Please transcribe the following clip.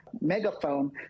megaphone